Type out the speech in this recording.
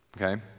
Okay